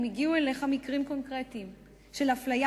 אם הגיעו אליך מקרים קונקרטיים של אפליה